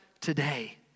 today